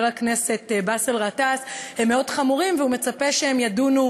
הכנסת באסל גטאס הם חמורים מאוד והוא מצפה שהם יידונו